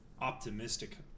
optimistic